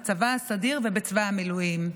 בצבא הסדיר ובצבא המילואים.